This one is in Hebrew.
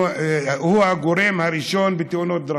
הוא הגורם הראשון בתאונות דרכים.